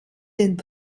den